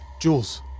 Jules